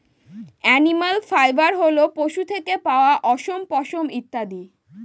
animal fibre হল পশু থেকে পাওয়া অশম, পশম ইত্যাদি